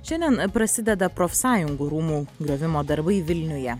šiandien prasideda profsąjungų rūmų griovimo darbai vilniuje